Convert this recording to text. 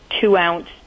two-ounce